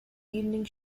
evening